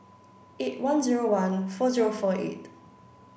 eight one zero one four zero four eight